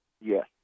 Yes